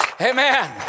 Amen